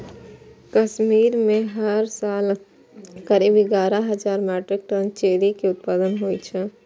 कश्मीर मे हर साल करीब एगारह हजार मीट्रिक टन चेरी के उत्पादन होइ छै